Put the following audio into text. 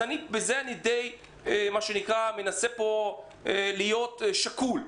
בזה אני מנסה פה להיות שקול.